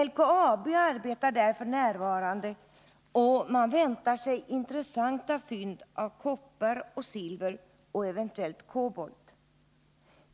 LKAB arbetar där f. n., och man väntar sig intressanta fynd av koppar och silver och eventuellt kobolt.